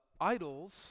idols